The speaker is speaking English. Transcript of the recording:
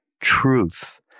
truth